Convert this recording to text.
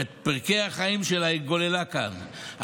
ואת פרקי החיים שלה היא גוללה כאן,